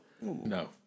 No